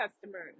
customers